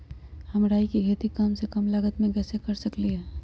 हम राई के खेती कम से कम लागत में कैसे कर सकली ह?